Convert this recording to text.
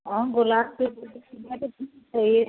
हम गुलाब के